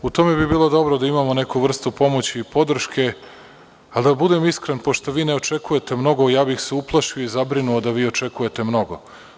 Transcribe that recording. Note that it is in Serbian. U tome bi bilo dobro imamo neku vrstu pomoći i podrške, a da budem iskren, pošto vi ne očekujete mnogo, ja bih se uplašio i zabrinuo da vi očekujete mnogo.